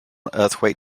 earthquake